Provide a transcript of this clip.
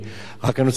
צריך לתת לו יותר